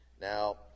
Now